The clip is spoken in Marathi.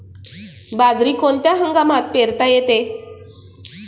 बाजरी कोणत्या हंगामात पेरता येते?